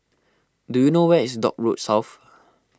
do you know where is Dock Road South